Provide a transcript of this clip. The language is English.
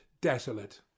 desolate